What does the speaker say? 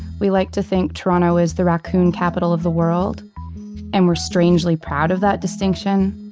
we like to think toronto is the raccoon capital of the world and we're strangely proud of that distinction.